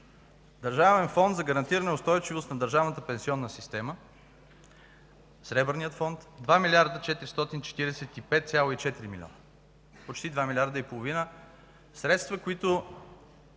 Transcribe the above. Държавен фонд за гарантиране устойчивост на държавната пенсионна система, Сребърният фонд – 2 млрд. 445,4 милиона, почти 2 милиарда и половина средства, които